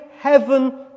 heaven